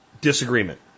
disagreement